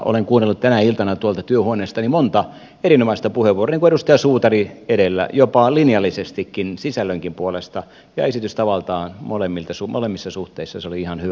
olen kuunnellut tänä iltana tuolta työhuoneestani monta erinomaista puheenvuoroa niin kuin edustaja suutarin edellä jopa linjallisestikin sisällönkin puolesta ja esitystavaltaan molemmissa suhteissa se oli ihan hyvä puheenvuoro